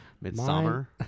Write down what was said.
Midsummer